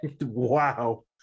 wow